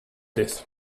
this